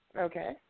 Okay